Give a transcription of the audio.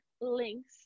links